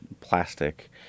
plastic